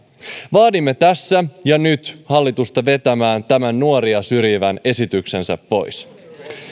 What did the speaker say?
vaadimme tässä ja nyt hallitusta vetämään tämän nuoria syrjivän esityksensä pois